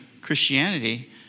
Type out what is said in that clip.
Christianity